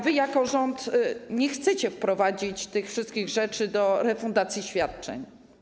Wy jako rząd nie chcecie wprowadzić tych wszystkich rzeczy do refundacji świadczeń.